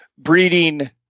Breeding